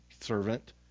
servant